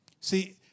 See